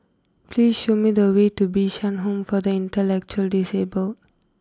please show me the way to Bishan Home for the Intellectually Disabled